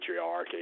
patriarchy